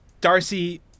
Darcy